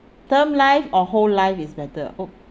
term life or whole life is better oh